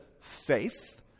faith